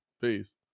Peace